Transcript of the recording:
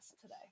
today